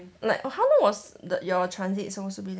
like how long was the your transit supposed to be